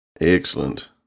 Excellent